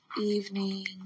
evening